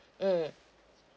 mmhmm